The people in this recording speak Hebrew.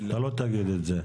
אתה לא תגיד את זה.